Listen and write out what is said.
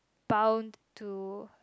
bound to